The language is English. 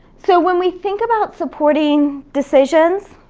so when we think about supporting decisions,